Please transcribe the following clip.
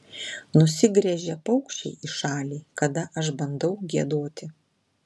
nusigręžia paukščiai į šalį kada aš bandau giedoti